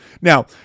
Now